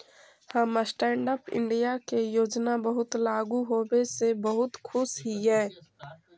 हम stand up India के योजना लागू होबे से बहुत खुश हिअई